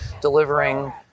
delivering